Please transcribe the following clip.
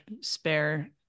spare